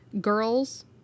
girls